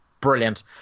brilliant